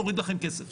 נוריד לכם כסף,